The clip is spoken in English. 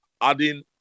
adding